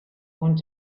und